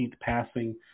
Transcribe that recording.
passing